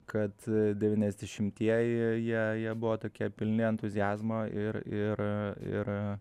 kad devyniasdešimtieji jie jie buvo tokie pilni entuziazmo ir ir ir